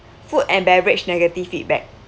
food and beverage negative feedback